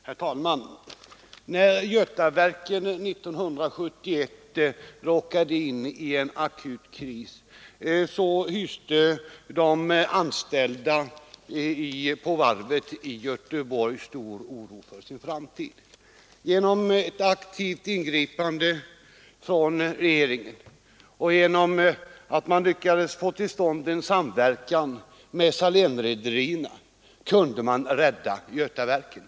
Herr talman! När Götaverken 1971 råkade in i en akut kris hyste de anställda på varvet i Göteborg stor oro för sin framtid. Genom ett aktivt ingripande från regeringen och genom att man lyckades få till stånd en samverkan med Salénrederierna kunde man rädda Götaverken.